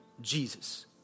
Jesus